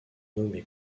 nommé